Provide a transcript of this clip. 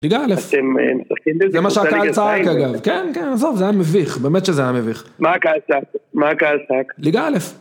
ליגה א',אתם עושים.., זה מה שהקהל צעק אגב, כן כן, עזוב, זה היה מביך, באמת שזה היה מביך. מה הקהל צעק? מה הקהל צעק? ליגה א'.